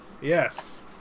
Yes